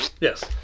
Yes